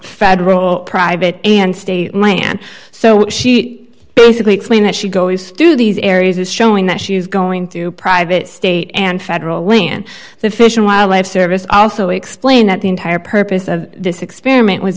federal private and state land so she basically explained that she goes through these areas is showing that she is going to private state and federal when the fish and wildlife service also explain that the entire purpose of this experiment w